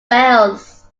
bells